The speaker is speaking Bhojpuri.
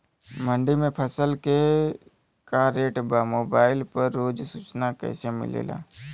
मंडी में फसल के का रेट बा मोबाइल पर रोज सूचना कैसे मिलेला?